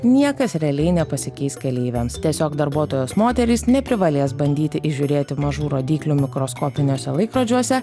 niekas realiai nepasikeis keleiviams tiesiog darbuotojos moterys neprivalės bandyti įžiūrėti mažų rodyklių mikroskopiniuose laikrodžiuose